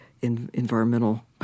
environmental